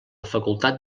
facultat